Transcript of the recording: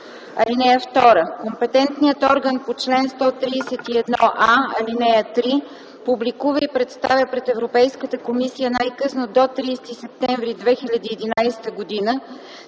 77а. (2) Компетентният орган по чл. 131а, ал. 3 публикува и представя пред Европейската комисия най-късно до 30 септември 2011 г.